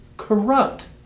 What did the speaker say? corrupt